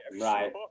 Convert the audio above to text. Right